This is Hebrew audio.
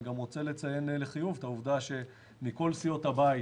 אני רוצה לציין לחיוב את העובדה שכל סיעות הבית